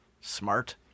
smart